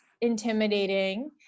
intimidating